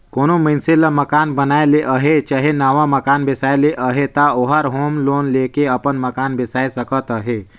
कोनो मइनसे ल मकान बनाए ले अहे चहे नावा मकान बेसाए ले अहे ता ओहर होम लोन लेके अपन मकान बेसाए सकत अहे